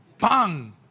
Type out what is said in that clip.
Bang